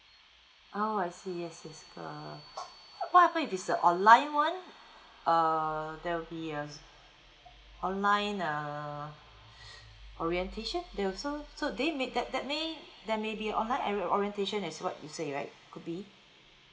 oh I see yes yes err what happen if it's uh online one err there will be a online uh orientation they also so they may that that may there maybe online ori~ orientation as what you said right could be